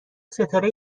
ستاره